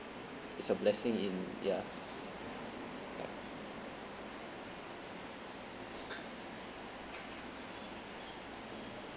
it's a blessing in ya ya